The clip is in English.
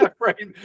Right